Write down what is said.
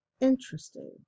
Interesting